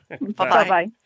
Bye-bye